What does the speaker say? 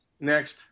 next